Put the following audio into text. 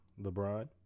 LeBron